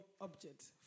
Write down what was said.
objects